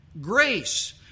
grace